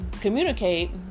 communicate